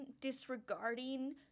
disregarding